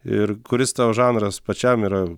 ir kuris tau žanras pačiam yra